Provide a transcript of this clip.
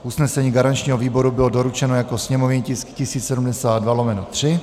Usnesení garančního výboru bylo doručeno jako sněmovní tisk 1072/3.